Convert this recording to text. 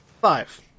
Five